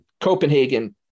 Copenhagen